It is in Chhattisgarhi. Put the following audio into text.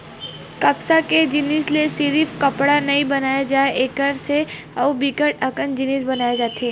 कपसा के जिनसि ले सिरिफ कपड़ा नइ बनाए जाए एकर से अउ बिकट अकन जिनिस बनाए जाथे